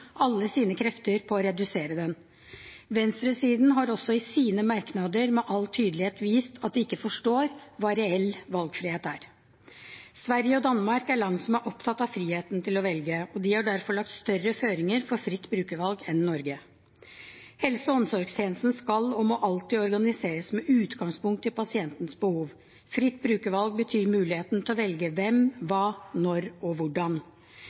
alle sine krefter på å redusere den. Venstresiden har også i sine merknader med all tydelighet vist at de ikke forstår hva reell valgfrihet er. Sverige og Danmark er land som er opptatt av friheten til å velge, og de har derfor lagt større føringer for fritt brukervalg enn Norge. Helse- og omsorgstjenesten skal og må alltid organiseres med utgangspunkt i pasientens behov. Fritt brukervalg betyr muligheten til å velge hvem, hva, når og hvordan.